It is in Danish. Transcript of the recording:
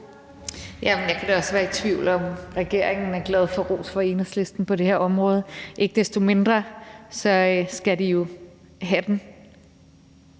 Jeg kan da også være i tvivl om, om regeringen er glad for ros fra Enhedslisten på det her område. Ikke desto mindre skal de jo have den,